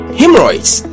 hemorrhoids